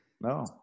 no